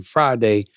Friday